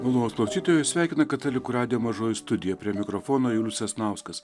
malonūs klausytojai jus sveikina katalikų radijo mažoji studija prie mikrofono julius sasnauskas